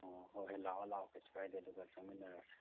ꯑꯣ ꯍꯣꯏ ꯍꯣꯏ ꯂꯥꯛꯑꯣ ꯂꯥꯛꯑꯣ ꯀꯩꯁꯨ ꯀꯥꯏꯗꯦ ꯑꯗꯨꯒ ꯆꯪꯃꯤꯟꯅꯔꯁꯤ